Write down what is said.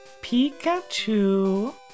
Pikachu